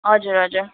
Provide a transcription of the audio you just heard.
हजुर हजुर